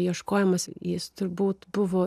ieškojimas jis turbūt buvo